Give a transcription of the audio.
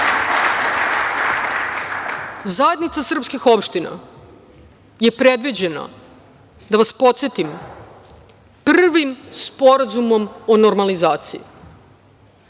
Zajednica srpskih opština je predviđena, da vas podsetim, Prvim sporazumom o normalizaciji.